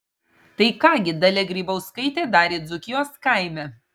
tai ką gi dalia grybauskaitė darė dzūkijos kaime